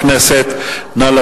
חברי חברי הכנסת, נא לשבת.